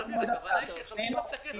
זה נוגע לחוק, אדוני.